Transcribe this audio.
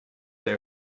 they